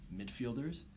midfielders